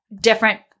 different